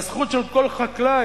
הזכות של כל חקלאי,